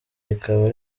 rikaba